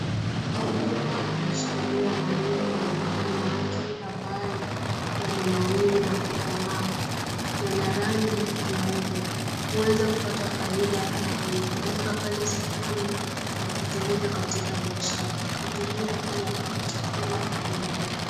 Mkulima ameshikilia mahindi kwenye mkono wake ambayo yamenawiri na kukomaa. Yana rangi nyeupe, huweza kupata faida anapoipeleka pale sokoni na kutumika katika biashara. Hutumia pia kama chakula pale nyumbani.